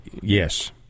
Yes